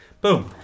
boom